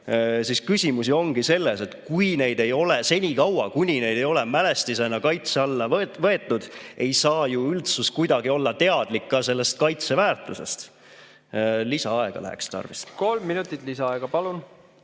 siis küsimus ongi selles, et senikaua, kuni neid [kohti] ei ole mälestisena kaitse alla võetud, ei saa üldsus kuidagi olla teadlik ka sellest kaitseväärtusest. Lisaaega läheks tarvis. Kolm minutit lisaaega. Palun!